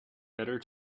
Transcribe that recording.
better